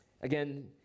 again